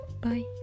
bye